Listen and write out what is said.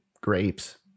grapes